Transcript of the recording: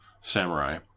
samurai